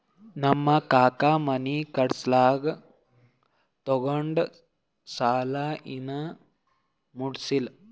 ನಮ್ ಕಾಕಾ ಮನಿ ಕಟ್ಸಾಗ್ ತೊಗೊಂಡ್ ಸಾಲಾ ಇನ್ನಾ ಮುಟ್ಸಿಲ್ಲ